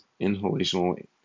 inhalational